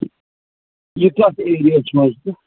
یہِ کَتھ ایریاہَس منٛز چھُ